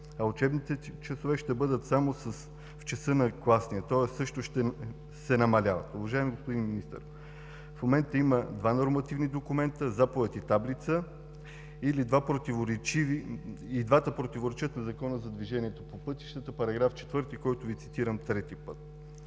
а учебните часове ще бъдат само в часа на класния, тоест също се намаляват. Уважаеми господин Министър, в момента има два нормативни документа – заповед и таблица, и двата противоречат на Закона за движенето по пътищата § 4 – който Ви цитирам трети път,